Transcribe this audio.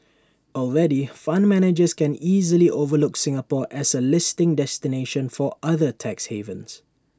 already fund managers can easily overlook Singapore as A listing destination for other tax havens